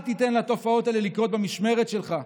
אל תיתן לתופעות האלה לקרות במשמרת שלך.